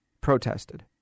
protested